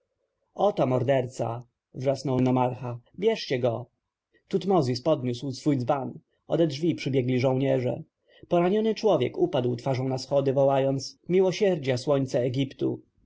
oto morderca wrzasnął nomarcha bierzcie go tutmozis podniósł swój dzban ode drzwi przybiegli żołnierze poraniony człowiek upadł twarzą na schody wołając miłosierdzia słońce egiptu